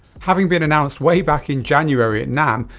having been announced way back in january at namm,